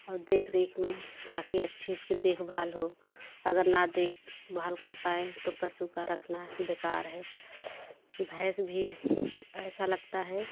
और देख रेख में ताकि अच्छी उसकी देख भाल हो अगर ना देख भाल कर पाएँ तो पशु का रखना बेकार है भैंस भी ऐसा लगता है